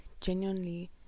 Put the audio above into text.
genuinely